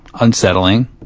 unsettling